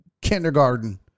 kindergarten